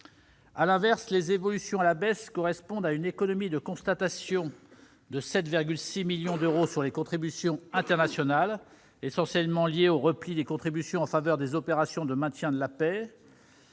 À l'inverse, les évolutions à la baisse correspondent à une économie de constatation de 7,6 millions d'euros sur les contributions internationales, essentiellement liée au repli des contributions en faveur des opérations de maintien de la paix,